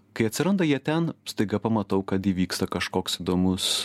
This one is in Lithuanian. kai atsiranda jie ten staiga pamatau kad įvyksta kažkoks įdomus